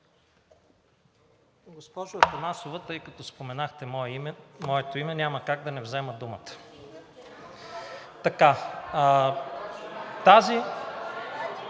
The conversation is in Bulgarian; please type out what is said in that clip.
Госпожо Атанасова, тъй като споменахте моето име, няма как да не взема думата.